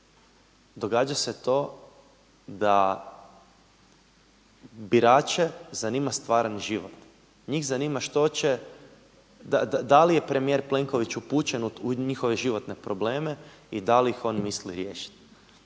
Događa se to da birače zanima stvarni život, njih zanima da li je premijer Plenković upućen u njihove životne probleme i da li ih on misli riješiti.